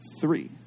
three